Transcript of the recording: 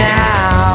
now